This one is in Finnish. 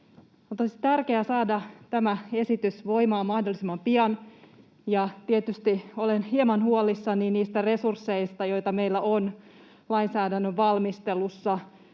tärkeää saada tämä esitys voimaan mahdollisimman pian, ja tietysti olen hieman huolissani niistä resursseista, joita meillä on lainsäädännön valmistelussa.